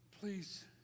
please